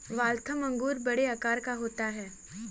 Waltham अंगूर बड़े आकार का होता है